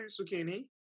zucchini